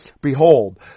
Behold